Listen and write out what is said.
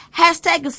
hashtag